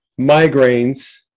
migraines